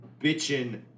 bitching